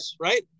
right